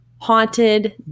haunted